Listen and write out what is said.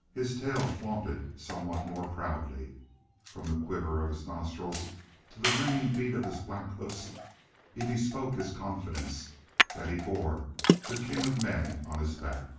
his tail flaunted somewhat more proudly from the quiver of his nostrils to the ringing beat of his black hoofs he bespoke his confidence that he bore the king of men on his back.